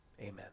amen